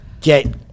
get